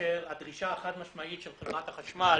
כאשר הדרישה החד-משמעית של חברת החשמל